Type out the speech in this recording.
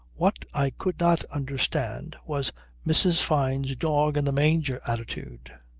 what i could not understand was mrs. fyne's dog-in-the-manger attitude.